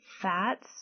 fats